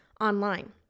online